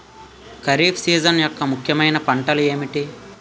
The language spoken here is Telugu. ఖరిఫ్ సీజన్ యెక్క ముఖ్యమైన పంటలు ఏమిటీ?